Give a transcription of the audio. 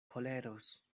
koleros